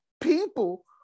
People